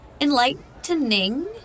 enlightening